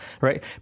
right